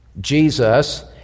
Jesus